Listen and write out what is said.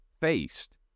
faced